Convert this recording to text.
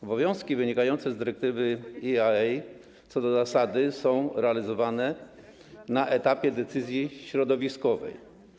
Obowiązki wynikające z dyrektywy EIA co do zasady są realizowane na etapie decyzji środowiskowej.